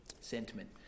sentiment